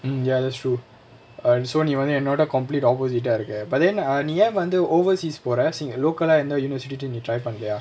mm ya that's true uh so நீ வந்து என்னோட:nee vanthu ennoda complete opposite ah இருக்க:irukka but then ah நீயே வந்து:neeyae vanthu overseas போர:pora see இங்க:inga local ah எந்த:entha university ty~ நீ:nee try பண்ணலயா:pannalayaa